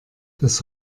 das